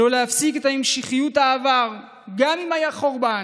שלא להפסיק את המשכיות העבר גם אם היה חורבן.